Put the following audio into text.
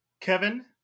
Kevin